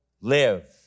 live